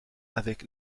avec